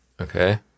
Okay